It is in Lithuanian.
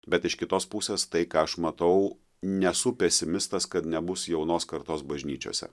bet iš kitos pusės tai ką aš matau nesu pesimistas kad nebus jaunos kartos bažnyčiose